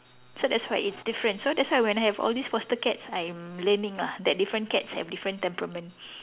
so that's why it's different so that's why when I have all these foster cats I'm learning lah that different cats have different temperament